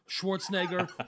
Schwarzenegger